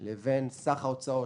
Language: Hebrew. לבין סך ההוצאות,